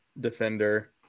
defender